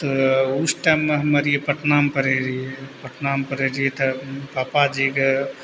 तऽ उस टाइममे हमे रहिए पटनामे पढ़ै रहिए पटनामे पढ़ै रहिए तऽ पापाजीके